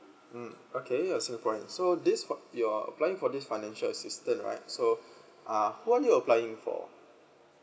mm okay you are a singaporean so this you're applying for this financial assistance right so uh who are you applying for